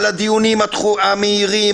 על הדיונים המהירים,